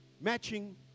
matching